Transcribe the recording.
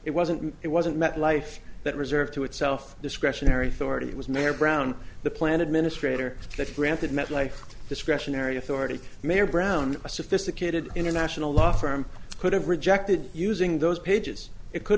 it wasn't it wasn't meant life that reserved to itself discretionary authority it was mayor brown the plan administrator that granted metlife discretionary authority mayor brown a sophisticated international law firm could have rejected using those pages it could